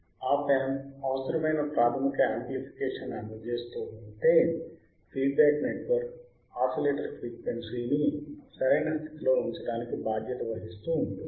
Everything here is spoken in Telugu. ఆప్ యాంప్ అవసరమైన ప్రాథమిక యమ్ప్ల్ఫికేషన్ ని అందచేస్తూ ఉంటే ఫీడ్బ్యాక్ నెట్వర్క్ ఆసిలేటర్ ఫ్రీక్వెన్సీని సరైన స్థితి లో ఉంచటానికి బాధ్యత వహిస్తూ ఉంటుంది